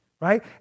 Right